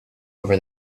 over